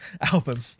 album